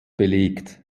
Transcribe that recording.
belegt